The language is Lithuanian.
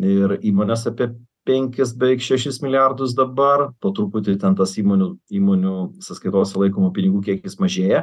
ir įmonės apie penkis beveik šešis milijardus dabar po truputį ten tas įmonių įmonių sąskaitose laikomų pinigų kiekis mažėja